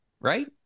Right